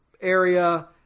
area